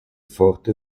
forte